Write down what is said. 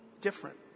different